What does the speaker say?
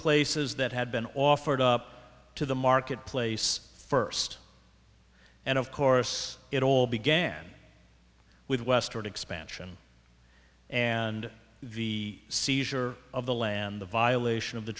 places that had been offered up to the marketplace first and of course it all began with westward expansion and the seizure of the land the violation of the